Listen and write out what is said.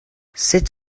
sut